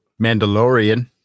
Mandalorian